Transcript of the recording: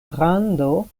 grando